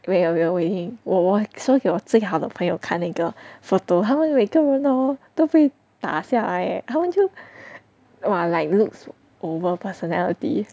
!wah! so 我给最好的朋友看那个 photo 他们每一个人 hor 都被打下 leh then 我就 !wah! like looks over personality